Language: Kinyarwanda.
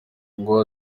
ngo